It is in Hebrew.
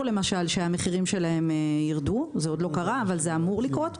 למשל שהמחירים שלה יירדו זה טרם קרה אבל זה אמור לקרות,